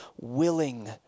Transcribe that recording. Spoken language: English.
willing